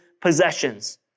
possessions